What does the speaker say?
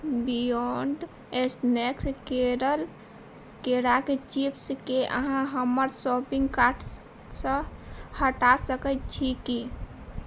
beyond snack Kerala केराक चिप्सके अहाँ हमर शॉपिंग कार्टसँ हटा सकैत छी की